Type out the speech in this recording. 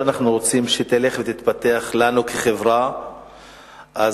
שאנחנו רוצים כחברה שהיא תתפתח אצלנו,